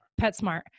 PetSmart